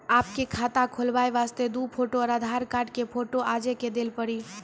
आपके खाते खोले वास्ते दु फोटो और आधार कार्ड के फोटो आजे के देल पड़ी?